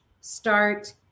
start